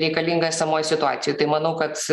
reikalinga esamoj situacijoj tai manau kad